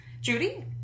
Judy